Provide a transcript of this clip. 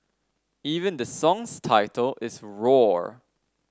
even the song's title is roar